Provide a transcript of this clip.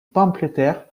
pamphlétaire